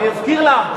אני אזכיר לך.